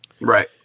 Right